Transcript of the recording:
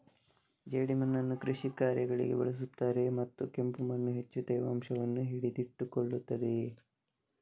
ಜೇಡಿಮಣ್ಣನ್ನು ಕೃಷಿ ಕಾರ್ಯಗಳಿಗೆ ಬಳಸುತ್ತಾರೆಯೇ ಮತ್ತು ಕೆಂಪು ಮಣ್ಣು ಹೆಚ್ಚು ತೇವಾಂಶವನ್ನು ಹಿಡಿದಿಟ್ಟುಕೊಳ್ಳುತ್ತದೆಯೇ?